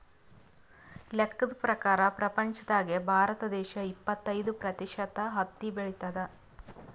ಲೆಕ್ಕದ್ ಪ್ರಕಾರ್ ಪ್ರಪಂಚ್ದಾಗೆ ಭಾರತ ದೇಶ್ ಇಪ್ಪತ್ತೈದ್ ಪ್ರತಿಷತ್ ಹತ್ತಿ ಬೆಳಿತದ್